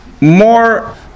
more